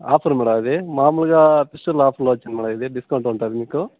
offer madam అది మామూలుగా ఫిషర్ ఆఫర్లో వచ్చింది మేడమ్ ఇది డిస్కౌంట్ ఉంటుంది మీకు